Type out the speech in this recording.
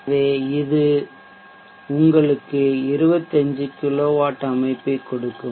எனவே இது உங்களுக்கு 25 கிலோவாட் அமைப்பைக் கொடுக்கும்